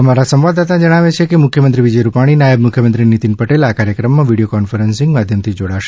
અમારા સંવાદદાતા જણાવે છે કે મુખ્યમંત્રી વિજય રૂપાણી નાયબ મુખ્યમંત્રી નીતિન પટેલ આ કાર્યક્રમમાં વીડિયો કોન્ફરન્સિંગ માધ્યમથી જોડાશે